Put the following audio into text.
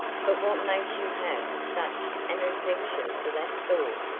but what makes you have such an affection for that sword?